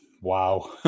Wow